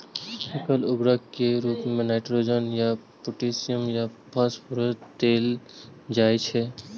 एकल उर्वरक के रूप मे नाइट्रोजन या पोटेशियम या फास्फोरस देल जाइ छै